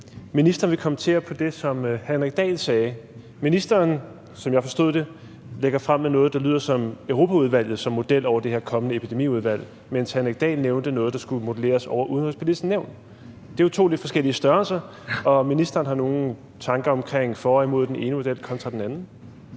ministeren vil kommentere på det, som hr. Henrik Dahl sagde. Ministeren lægger noget frem, der, sådan som jeg forstod det, lød, som om Europaudvalget var model for det her kommende epidemiudvalg, mens hr. Henrik Dahl nævnte noget, der skulle modelleres over Det Udenrigspolitiske Nævn. Det er jo to lidt forskellige størrelser, og har ministeren nogen tanker omkring for eller imod den ene model kontra den anden?